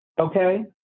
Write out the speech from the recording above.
Okay